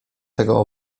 tego